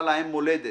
הַלֵּב הָרָצוּץ